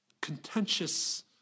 contentious